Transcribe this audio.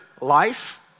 life